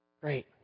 Great